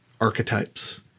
archetypes